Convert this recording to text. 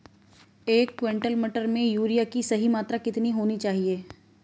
एक क्विंटल मटर में यूरिया की सही मात्रा कितनी होनी चाहिए?